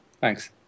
Thanks